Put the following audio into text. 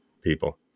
people